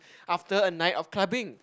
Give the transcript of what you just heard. after a night of clubbing